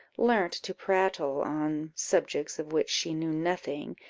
learnt to prattle on subjects of which she knew nothing,